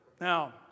Now